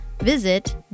visit